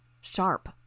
sharp